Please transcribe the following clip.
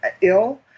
ill